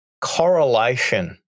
correlation